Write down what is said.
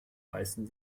weißen